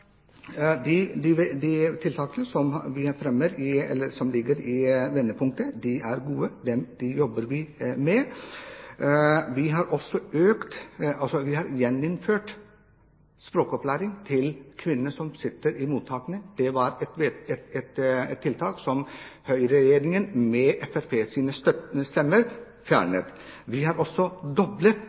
de tiltakene vi fremmer, de som ligger i Vendepunkt, er gode, og det jobber vi med. Vi har også gjeninnført språkopplæring for kvinnene som sitter i mottakene. Det var et tiltak som høyre-regjeringen med Fremskrittspartiets støttende stemmer fjernet. Vi har også doblet